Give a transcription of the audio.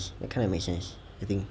it kind of makes sense I think